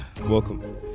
Welcome